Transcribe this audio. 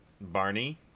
Barney